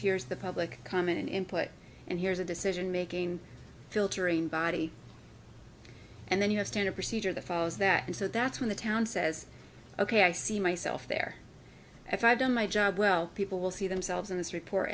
here's the public common input and here's a decision making filtering body and then you have standard procedure that follows that and so that's when the town says ok i see myself there if i've done my job well people will see themselves in this report